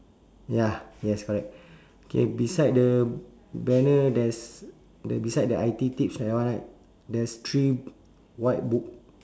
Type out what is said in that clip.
ya yes correct K beside the banner there's the beside the I_T teach that one right there's three white book